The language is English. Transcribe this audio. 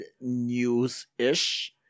news-ish